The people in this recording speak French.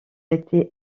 été